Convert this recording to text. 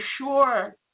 sure